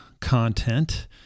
content